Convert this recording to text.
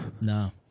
No